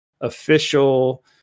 official